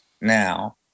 now